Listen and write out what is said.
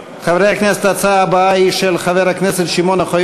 להעביר את הצעת חוק נכסים של נספי השואה (השבה